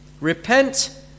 Repent